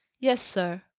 yes, sir.